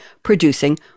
producing